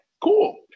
Cool